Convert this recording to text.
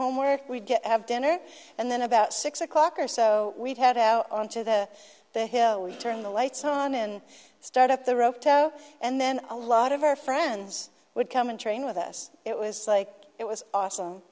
homework we'd get to have dinner and then about six o'clock or so we'd had out onto the the hill we turn the lights on and start up the roto and then a lot of our friends would come and train with us it was like it was